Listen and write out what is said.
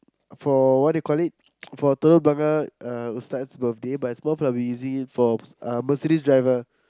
for what do you call it for telok-blangah uh Ustad's birthday but it's more probably easy for uh Mercedes driver